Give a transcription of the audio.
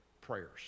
prayers